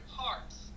parts